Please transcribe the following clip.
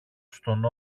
στον